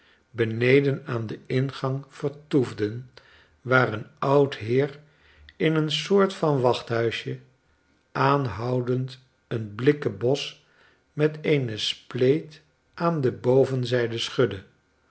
beneden aan den ingang vertoefden waar een oud heer in een soort van wachthuisje aanhoudend een blikken bos met eene spleet aan de bovenzijde schudde